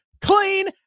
clean